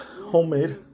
homemade